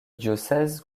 diocèse